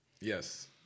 Yes